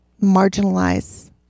marginalize